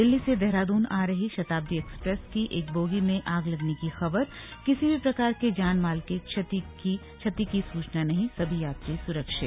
दिल्ली से देहरादून आ रही शताब्दी एक्सप्रेस की एक बोगी में आग लगने की खबर किसी भी प्रकार के जान माल के क्षति नहीं सभी यात्री सुरक्षित